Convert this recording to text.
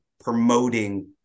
promoting